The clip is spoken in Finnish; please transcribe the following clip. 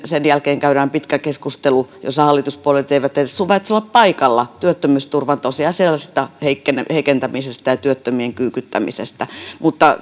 sen jälkeen käydään pitkä keskustelu jossa hallituspuolueet eivät edes suvaitse olla paikalla työttömyysturvan tosiasiallisesta heikentämisestä ja työttömien kyykyttämisestä mutta